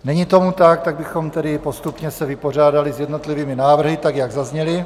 Není tomu tak, tak bychom se tedy postupně vypořádali s jednotlivými návrhy tak, jak zazněly.